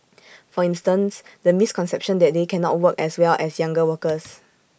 for instance the misconception that they cannot work as well as younger workers